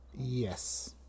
Yes